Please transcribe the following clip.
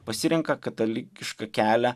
pasirenka katalikišką kelią